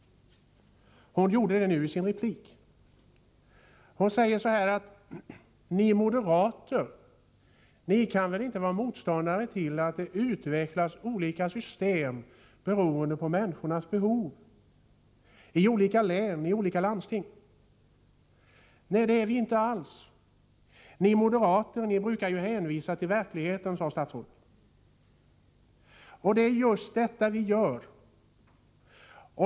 Hon gjorde det nu i sin replik. Statsrådet säger att ni moderater kan väl inte vara motståndare till att det utvecklas olika system beroende på människors behov i olika län, i olika landsting? Nej, det är vi inte alls. Ni moderater brukar ju hänvisa till verkligheten, sade statsrådet. Det är precis vad vi gör.